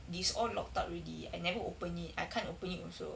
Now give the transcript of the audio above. these all locked up already I never open it I can't open it also